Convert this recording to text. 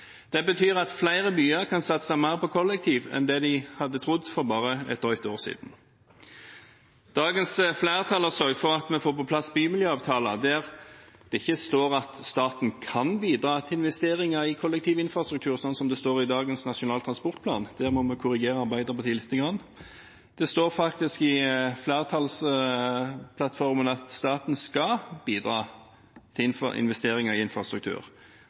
Det betyr at flere byer kan satse mer på kollektiv enn det de hadde trodd for bare et drøyt år siden. Dagens flertall har sørget for at vi får på plass bymiljøavtaler, der det ikke står at staten kan bidra til investeringer i kollektivinfrastruktur, som det står i dagens Nasjonal transportplan – der må vi korrigere Arbeiderpartiet lite grann. Det står faktisk i flertallsplattformen at staten skal bidra til investeringer i infrastruktur,